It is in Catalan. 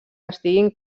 estiguin